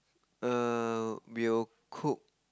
err we'll cook